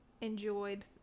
enjoyed